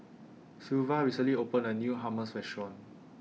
Sylvia recently opened A New Hummus Restaurant